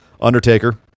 Undertaker